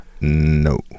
no